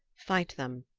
fight them.